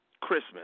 Christmas